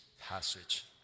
passage